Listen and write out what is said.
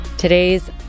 Today's